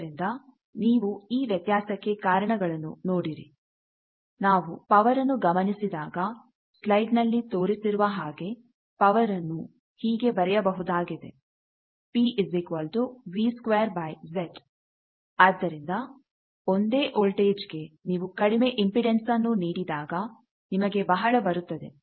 ಆದ್ದರಿಂದ ನೀವು ಈ ವ್ಯತ್ಯಾಸಕ್ಕೆ ಕಾರಣ ಗಳನ್ನು ನೋಡಿರಿ ನಾವು ಪವರ್ ಅನ್ನು ಗಮನಿಸಿದಾಗ ಸ್ಲೈಡ್ ನಲ್ಲಿ ತೋರಿಸಿರುವ ಹಾಗೆ ಪವರಅನ್ನು ಹೀಗೆ ಬರೆಯಬಹುದಾಗಿದೆ ಆದ್ದರಿಂದ ಒಂದೇ ವೋಲ್ಟೇಜ್ ಗೆ ನೀವು ಕಡಿಮೆ ಇಂಪೆಡನ್ಸ್ಅನ್ನು ನೀಡಿದಾಗ ನಿಮಗೆ ಬಹಳ ಬರುತ್ತದೆ